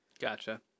Gotcha